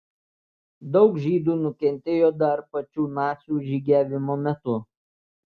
daug žydų nukentėjo dar pačiu nacių žygiavimo metu